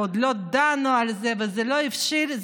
ולא בהפרחת סיסמאות ריקות מתוכן.